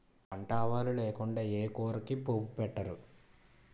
వంట ఆవాలు లేకుండా ఏ కూరకి పోపు పెట్టరు